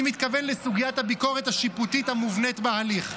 אני מתכוון לסוגיית הביקורת השיפוטית המובנית בהליך.